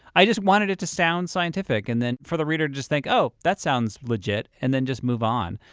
i just wanted it to sound scientific, and then for the reader to just think, oh, that sounds legit'. and then just move on.